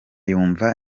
yumva